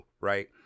Right